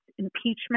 impeachment